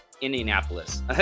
Indianapolis